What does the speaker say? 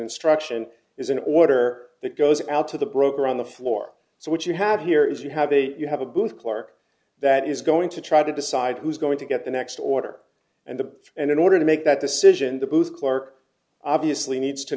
instruction is an order that goes out to the broker on the floor so what you have here is you have a you have a booth clark that is going to try to decide who's going to get the next order and the and in order to make that decision the booth clerk obviously needs to